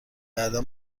بعدا